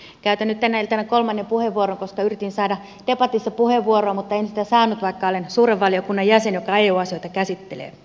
käytän nyt tänä iltana kolmannen puheenvuoron koska yritin saada debatissa puheenvuoroa mutta en sitä saanut vaikka olen suuren valiokunnan jäsen joka eu asioita käsittelee